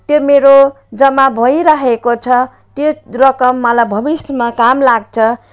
त्यो मेरो जम्मा भइरहेको छ त्यो रकम मलाई भविष्यमा काम लाग्छ